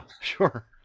sure